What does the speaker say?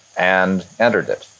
and entered it.